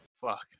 Fuck